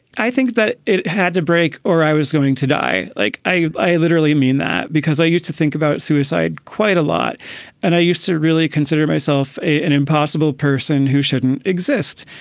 i think that it had to break or i was going to die. like i i literally mean that because i used to think about suicide quite a lot and i used to really consider myself an impossible person who shouldn't exist.